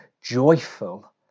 Joyful